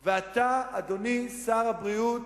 ואתה, אדוני שר הבריאות,